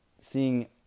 seeing